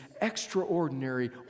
extraordinary